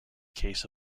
case